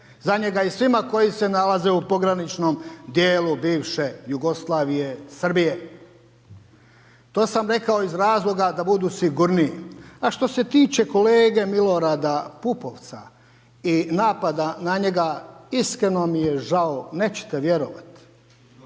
za njega i svima koji se nalaze u pograničnom dijelu bivše Jugoslavije Srbije, to sam rekao iz razloga da budu sigurniji. A što se tiče kolege Milorada Pupovca i napada na njega, iskreno mi je žao, nećete vjerovati.